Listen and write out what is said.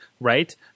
Right